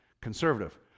conservative